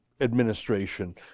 administration